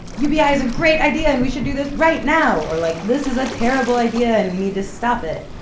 ubi is a great idea, and we should do this right now or like, this is a terrible idea, and we need to stop it.